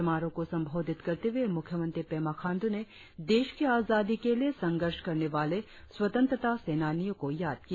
समारोह को संबोधित करते हुए मुख्यमंत्री पेमा खांड्र ने देश के आजादी के लिए संघर्ष करने वाले स्वतंत्रता सेनानियों को याद किया